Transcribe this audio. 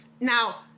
Now